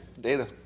data